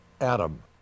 Adam